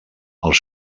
els